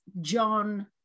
John